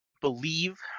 believe